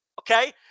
okay